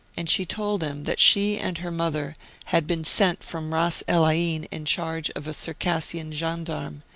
and she told him that she and her mother had been sent from ras-el-ain in charge of a circassian gen darme,